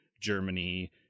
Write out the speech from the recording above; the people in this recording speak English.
Germany